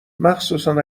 مخصوصن